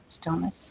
Stillness